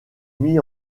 mis